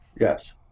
yes